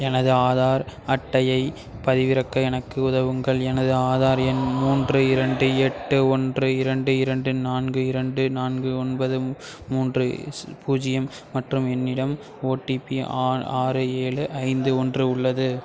எனது ஆதார் அட்டையைப் பதிவிறக்க எனக்கு உதவுங்கள் எனது ஆதார் எண் மூன்று இரண்டு எட்டு ஒன்று இரண்டு இரண்டு நான்கு இரண்டு நான்கு ஒன்பது மூன்று பூஜ்ஜியம் மற்றும் என்னிடம் ஓடிபி ஆ ஆறு ஏழு ஐந்து ஒன்று உள்ளது